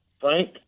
Frank